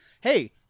Hey